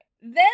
then-